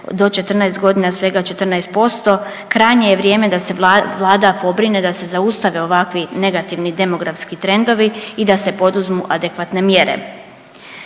do 14 godina svega 14%, krajnje je vrijeme da se Vlada pobrine, da se zaustave ovakvi negativni demografski trendovi i da se poduzmu adekvatne mjere.